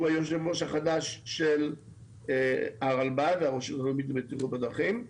שהוא היושב-ראש החדש של הרשות הלאומית לבטיחות בדרכים.